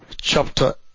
chapter